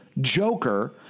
Joker